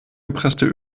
gepresste